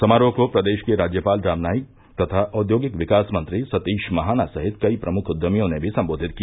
समारोह को प्रदेश के राज्यपाल राम नाईक तथा औद्योगिक विकास मंत्री सतीश महाना सहित कई प्रमुख उद्यमियों ने भी संबोधित किया